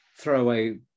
throwaway